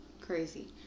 crazy